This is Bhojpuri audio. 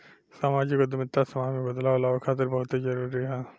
सामाजिक उद्यमिता समाज में बदलाव लावे खातिर बहुते जरूरी ह